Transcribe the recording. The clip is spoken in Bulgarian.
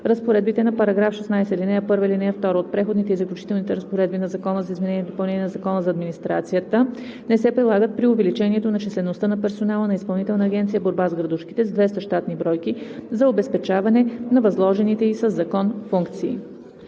Разпоредбите на § 16, ал. 1 и ал. 2 от преходните и заключителните разпоредби на Закона за изменение и допълнение на Закона за администрацията (обн., ДВ, бр. …) не се прилагат при увеличението на числеността на персонала на Изпълнителна агенция „Борба с градушките“ с 200 щатни бройки за обезпечаване на възложените ѝ със закон функции.“